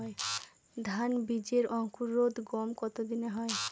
ধান বীজের অঙ্কুরোদগম কত দিনে হয়?